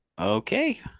Okay